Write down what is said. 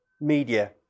media